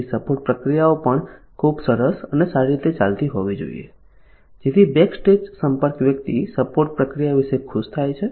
તેથી સપોર્ટ પ્રક્રિયાઓ પણ ખૂબ સરસ અથવા સારી રીતે ચાલતી હોવી જોઈએ જેથી બેકસ્ટેજ સંપર્ક વ્યક્તિ સપોર્ટ પ્રક્રિયા વિશે ખુશ થાય